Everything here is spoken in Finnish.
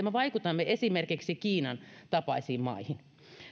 me vaikutamme esimerkiksi kiinan tapaisiin maihin